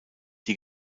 die